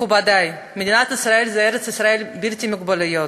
מכובדי, מדינת ישראל וארץ-ישראל בלתי מוגבלות,